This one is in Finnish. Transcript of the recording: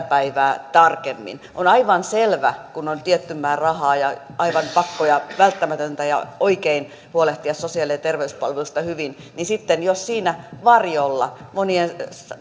päivää tarkemmin on aivan selvää että kun on tietty määrä rahaa ja aivan pakko ja välttämätöntä ja oikein huolehtia sosiaali ja terveyspalveluista hyvin niin sitten jos siinä varjolla monien